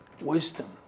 wisdom